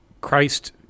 Christ